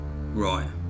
Right